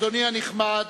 אדוני הנכבד,